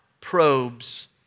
probes